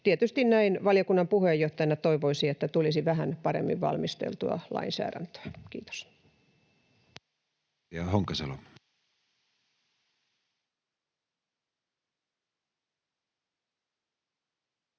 Tietysti näin valiokunnan puheenjohtajana toivoisin, että tulisi vähän paremmin valmisteltua lainsäädäntöä. — Kiitos.